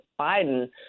Biden